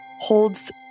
holds